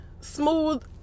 Smooth